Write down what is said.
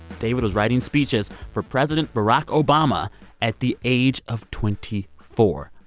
david was writing speeches for president barack obama at the age of twenty four.